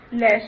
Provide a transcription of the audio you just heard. less